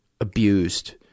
abused